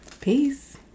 Peace